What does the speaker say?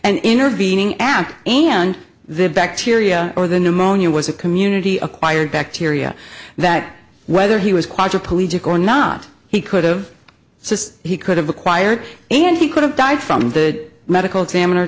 and intervening and and the bacteria or the pneumonia was a community acquired bacteria that whether he was quadriplegic or not he could've just he could have acquired and he could have died from the medical examiner